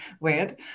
weird